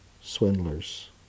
swindlers